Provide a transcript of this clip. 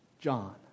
John